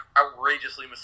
outrageously